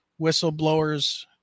whistleblowers